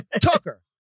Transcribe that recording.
Tucker